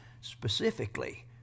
specifically